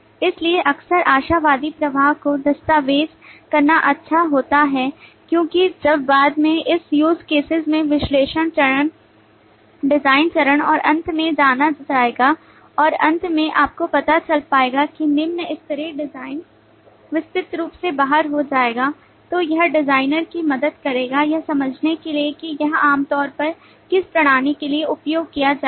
इसलिए अक्सर आशावादी प्रवाह को दस्तावेज करना अच्छा होता है क्योंकि जब बाद में इस use cases में विश्लेषण चरण डिजाइन चरण और अंत में जाना जाएगा और अंत में आपको पता चल जाएगा कि निम्न स्तरीय डिज़ाइन विस्तृत रूप से बाहर हो जाएगा तो यह डिजाइनर की मदद करेगा यह समझने के लिए कि यह आमतौर पर किस प्रणाली के लिए उपयोग किया जाएगा